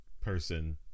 person